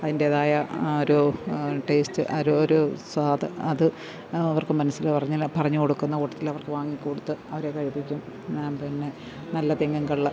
അതിൻറ്റേതായ ആ ഒരു ടേസ്റ്റ് ഒരു ഒരു സ്വാദ് അത് അവർക്ക് മനസ്സില് പറഞ്ഞാൽ പറഞ്ഞ് കൊടുക്കുന്ന കൂട്ടത്തിൽ അവർക്ക് വാങ്ങിക്കൊടുത്ത് അവരെ കഴിപ്പിക്കും പിന്നെ നല്ല തെങ്ങിൻ കള്ള്